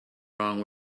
wrong